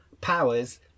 powers